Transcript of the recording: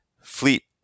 fleet